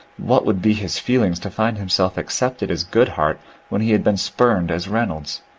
what would be his feelings to find himself accepted as goodhart when he had been spumed as reynolds?